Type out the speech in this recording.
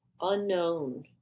Unknown